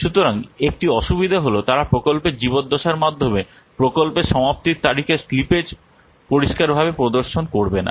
সুতরাং একটি অসুবিধা হল তারা প্রকল্পের জীবদ্দশার মাধ্যমে প্রকল্পের সমাপ্তির তারিখের স্লিপেজ পরিষ্কারভাবে প্রদর্শন করবে না